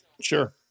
Sure